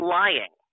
lying